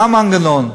מה המנגנון?